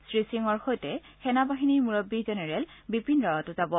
শ্ৰীসিঙৰ সৈতে সেনা বাহিনীৰ মুৰববী জেনেৰেল বিপীন ৰাৱটো যাব